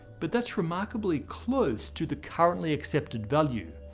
but that's remarkably close to the currently accepted value.